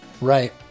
Right